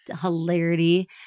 Hilarity